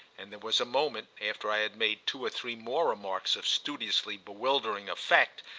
and there was a moment, after i had made two or three more remarks of studiously bewildering effect,